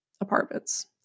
apartments